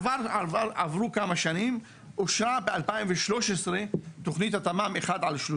עברו כמה שנים, אושרה ב-2013 תוכנית התמ"מ 1/30,